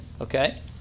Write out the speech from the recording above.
Okay